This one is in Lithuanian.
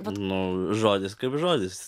nu žodis kaip žodis